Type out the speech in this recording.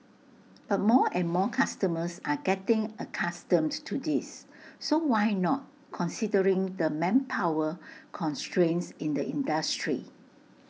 but more and more customers are getting accustomed to this so why not considering the manpower constraints in the industry